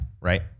right